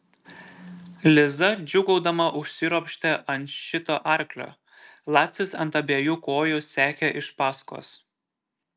liza džiūgaudama užsiropštė ant šito arklio lacis ant abiejų kojų sekė iš paskos